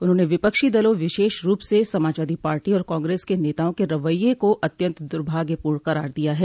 उन्होंने विपक्षी दलों विशेष रूप से समाजवादी पार्टी और कांग्रेस के नेताओं के रवैये को अत्यन्त दुर्भाग्यपूर्ण करार दिया है